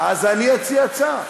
גם הילדים שלך, אז אני אציע הצעה.